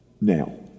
Now